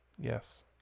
Yes